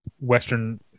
Western